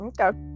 okay